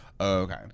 Okay